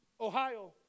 Ohio